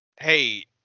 Hey